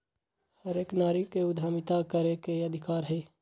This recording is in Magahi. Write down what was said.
हर एक नारी के उद्यमिता करे के अधिकार हई